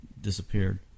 disappeared